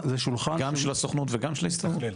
גם של הסוכנות וגם של ההסתדרות?